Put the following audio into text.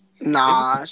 Nah